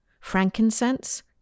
frankincense